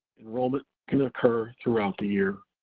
enrollment can occur throughout the year.